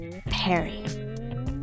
Perry